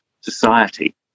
society